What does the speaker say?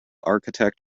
architect